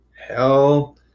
hell